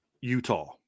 Utah